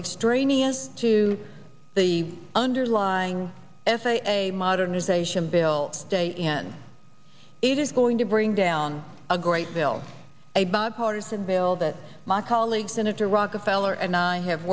extraneous to the underlying f a a modernization built stay in it is going to bring down a great deal a bipartisan bill that my colleague senator rockefeller and i have